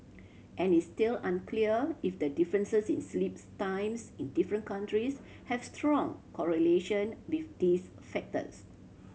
and it's still unclear if the differences in sleeps times in different countries have strong correlation with these factors